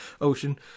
ocean